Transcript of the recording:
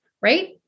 right